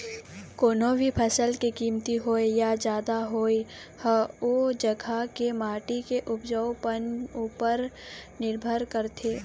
कोनो भी फसल के कमती होवई या जादा होवई ह ओ जघा के माटी के उपजउपन उपर निरभर करथे